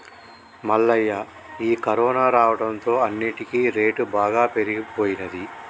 మల్లయ్య ఈ కరోనా రావడంతో అన్నిటికీ రేటు బాగా పెరిగిపోయినది